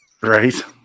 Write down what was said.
Right